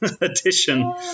edition